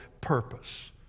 purpose